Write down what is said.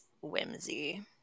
whimsy